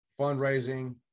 fundraising